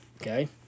okay